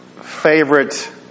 favorite